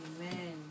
Amen